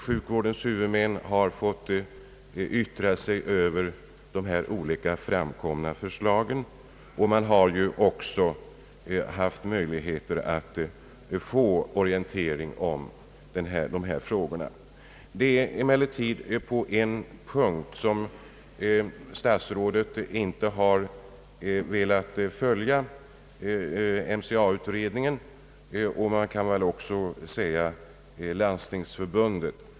Sjukvårdens huvudmän har fått yttra sig över de olika förslagen. På en punkt har statsrådet emellertid inte velat följa MCA-utredningen och vi kan väl också säga Landstingsförbundet.